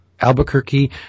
albuquerque